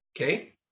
okay